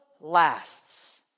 lasts